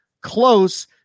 close